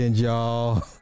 y'all